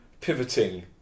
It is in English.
pivoting